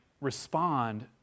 respond